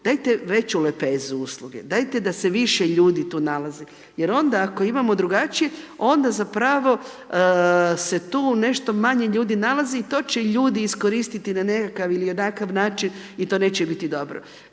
dajte veću lepezu usluge, dajte da se više ljudi tu nalazi jer onda ako imamo drugačije onda zapravo se tu nešto manje ljudi nalazi i to će ljudi iskoristiti na nekakav ili onakav način i to neće biti dobro.